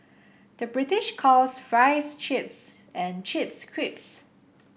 the British calls fries chips and chips crisps